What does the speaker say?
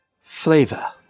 flavor